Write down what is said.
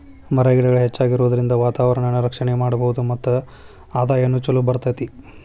ಮರ ಗಿಡಗಳ ಹೆಚ್ಚಾಗುದರಿಂದ ವಾತಾವರಣಾನ ರಕ್ಷಣೆ ಮಾಡಬಹುದು ಮತ್ತ ಆದಾಯಾನು ಚುಲೊ ಬರತತಿ